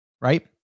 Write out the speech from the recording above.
right